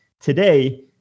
today